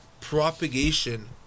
propagation